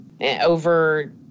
over